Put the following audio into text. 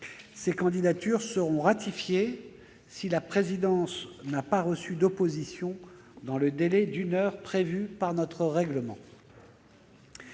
Ces candidatures seront ratifiées si la présidence n'a pas reçu d'opposition dans le délai d'une heure prévu par notre règlement.